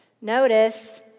notice